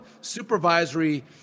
supervisory